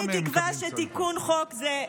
כולי תקווה שתיקון חוק זה,